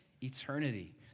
eternity